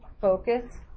focus